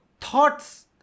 thoughts